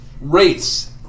race